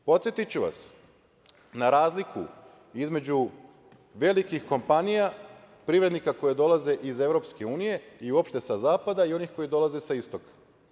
Podsetiću vas na razliku između velikih kompanija, privrednika koji dolaze iz Evropske unije i uopšte sa zapada i onih koje dolaze sa istoka.